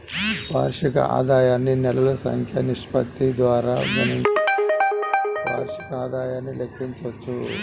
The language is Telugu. వార్షిక ఆదాయాన్ని నెలల సంఖ్య నిష్పత్తి ద్వారా గుణించడంతో వార్షిక ఆదాయాన్ని లెక్కించవచ్చు